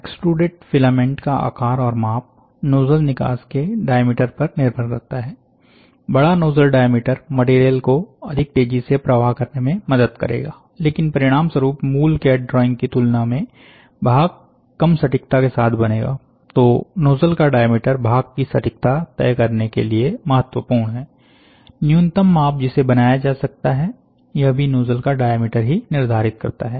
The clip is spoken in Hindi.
एक्सट्रूडेड फिलामेंट का आकार और माप नोजल निकास के डायामीटर पर निर्भर करता है बड़ा नोजल डायामीटर मटेरियल को अधिक तेजी से प्रवाह करने में मदद करेगा लेकिन परिणाम स्वरूप मूल कैड ड्रॉइंग की तुलना में भाग कम सटीकता के साथ बनेगातो नोजल का डायामीटर भाग की सटीकता तय करने के लिए महत्वपूर्ण है न्यूनतम माप जिसे बनाया जा सकता है यह भी नोजल का डायामीटर ही निर्धारित करता है